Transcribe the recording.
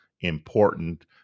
important